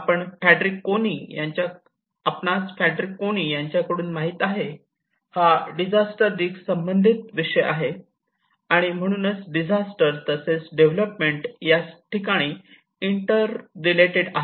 आपणास Frederick Cuny यांच्याकडून माहित आहे हा डिझास्टर रिस्क संबंधित विषय आहे आणि म्हणूनच डिझास्टर तसेच डेवलपमेंट या ठिकाणी इंटर रिलेटेड आहेत